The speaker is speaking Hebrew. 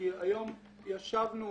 היום ישבנו,